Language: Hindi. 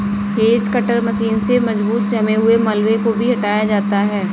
हेज कटर मशीन से मजबूत जमे हुए मलबे को भी हटाया जाता है